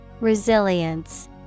Resilience